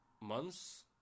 months